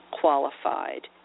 qualified